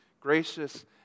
Gracious